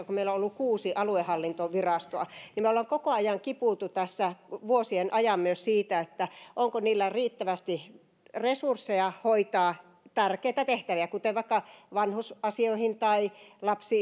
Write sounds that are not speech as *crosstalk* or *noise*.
*unintelligible* kun meillä on vuodesta kaksituhattakymmenen saakka ollut kuusi aluehallintovirastoa että me olemme koko ajan kipuilleet tässä vuosien ajan myös siitä onko niillä riittävästi resursseja hoitaa tärkeitä tehtäviä kuten vaikka vanhusasioihin tai